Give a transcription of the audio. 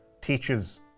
teaches